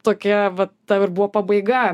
tokia va ta ir buvo pabaiga